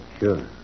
sure